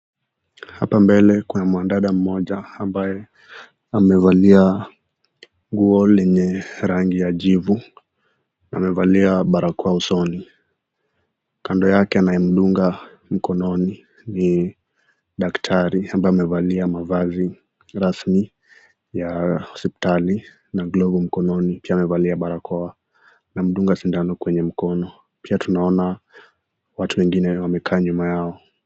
Hapa ndani kuna wanadada mmoja ambaye amevalia nguo lenye rangi ya jivu amevalia barakoa usoni. Kando yake anayemdunga mkononi ni daktari ambaye amevalia mavazi rasmi ya hospitali na galvu mkononi akiwa amevalia barakoa na anamdungwa sindano kwenye mkono. Kisha tunaona watu wengine wamekaa nyuma yao.